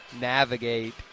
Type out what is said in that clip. navigate